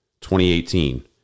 2018